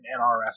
NRS